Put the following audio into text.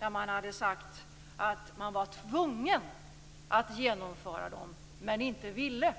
Dem hade man sagt att man var tvungen att genomföra utan att man ville.